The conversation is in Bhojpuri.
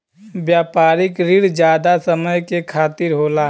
व्यापारिक रिण जादा समय के खातिर होला